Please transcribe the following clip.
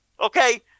Okay